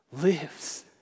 lives